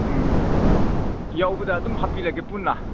ꯎꯝ ꯌꯧꯕꯗ ꯑꯗꯨꯝ ꯍꯥꯞꯄꯤꯔꯒꯦ ꯄꯨꯟꯅ